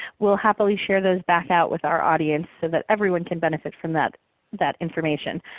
we'll happily share those back out with our audience, so that everyone can benefit from that that information.